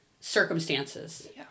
circumstances